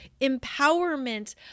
Empowerment